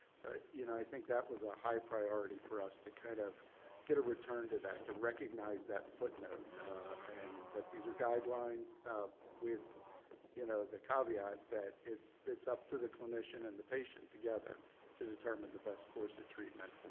so you know i think that was a high priority for us to kind of get a return to that, to recognize that footnote and that these are guidelines with you know the caveat that it's it's up to the clinician and the patient together to determine the best course of treatment